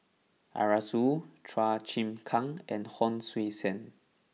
Arasu Chua Chim Kang and Hon Sui Sen